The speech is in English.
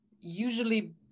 usually